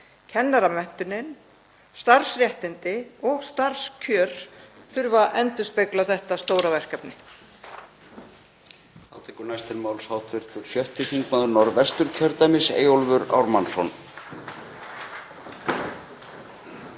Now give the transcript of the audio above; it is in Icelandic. Kennaramenntunin, starfsréttindi og starfskjör þurfa að endurspegla þetta stóra verkefni.